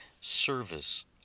service